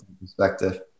Perspective